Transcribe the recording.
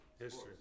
History